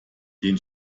den